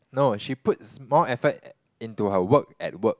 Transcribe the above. no she puts more effort into her work at work